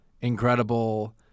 incredible